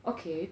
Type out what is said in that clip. okay